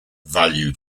value